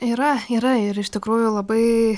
yra yra ir iš tikrųjų labai